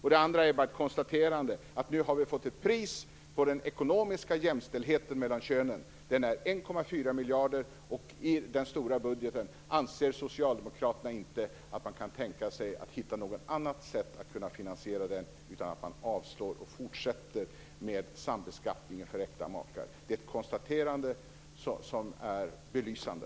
Det andra är bara ett konstaterande: Nu har vi fått ett pris på den ekonomiska jämställdheten mellan könen. Den är 1,4 miljarder i den stora budgeten. Kan inte socialdemokraterna tänka sig ett annat sätt att finansiera den, utan att man avslår och fortsätter med sambeskattningen för äkta makar? Det är ett konstaterande som är belysande.